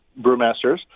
brewmasters